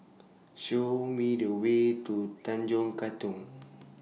Show Me The Way to Tanjong Katong